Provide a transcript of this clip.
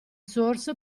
source